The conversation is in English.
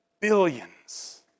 billions